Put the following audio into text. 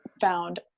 found